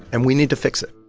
and we need to fix it